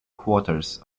quarters